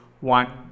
one